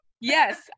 Yes